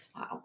Wow